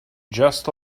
just